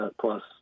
plus